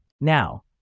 Now